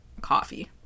coffee